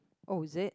oh is it